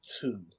two